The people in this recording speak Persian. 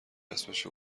اسمشو